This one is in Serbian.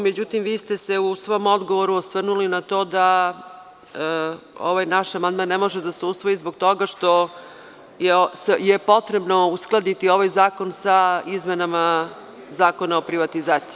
Međutim, vi ste se u svom odgovoru osvrnuli na to da ovaj naš amandman ne može da se usvoji zbog toga što je potrebno uskladiti ovaj zakon sa izmenama Zakona o privatizaciji.